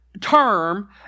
Term